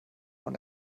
von